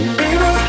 baby